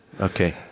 Okay